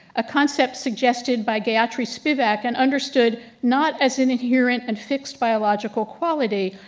a concept suggested by gayatri spivak and understood not as an adherent and fixed biological quality,